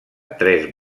tres